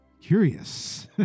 Curious